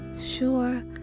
sure